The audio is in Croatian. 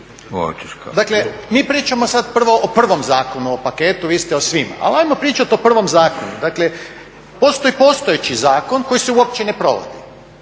Dakle, mi pričamo sada prvo o prvom zakonu, o paketu, vi ste o svim, ali ajmo pričati o prvom zakonu. Dakle, postoji postojeći zakon koji se uopće ne provodi.